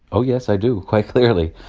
oh, yes, i do, quite clearly.